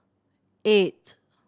eight